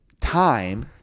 time